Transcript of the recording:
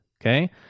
Okay